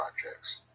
projects